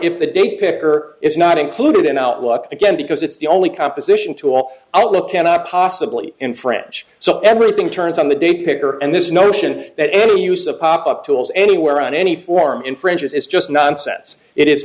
if the date picker is not included in outlook again because it's the only composition to all outlook cannot possibly in french so everything turns on the day paper and this notion that any use of pop up tools anywhere on any form infringes is just nonsense it is